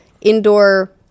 indoor